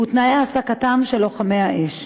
הוא תנאי העסקתם של לוחמי האש.